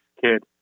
Kid